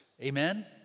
Amen